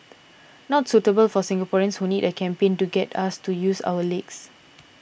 not suitable for Singaporeans who need a campaign to get us to use our legs